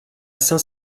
saint